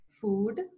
food